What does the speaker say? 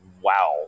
Wow